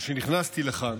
כשנכנסתי לכאן